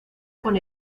con